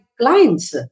clients